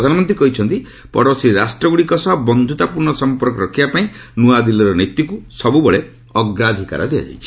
ପ୍ରଧାନମନ୍ତ୍ରୀ କହିଛନ୍ତି ପଡ଼ୋଶୀ ରାଷ୍ଟ୍ରଗଡ଼ିକ ସହ ବନ୍ଧୁତାପୂର୍ଣ୍ଣ ସମ୍ପର୍କ ରଖିବା ପାଇଁ ନୂଆଦିଲ୍ଲୀର ନୀତିକୁ ସବୁବେଳେ ଅଗ୍ରାଧିକାର ଦିଆଯାଇଛି